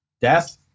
Death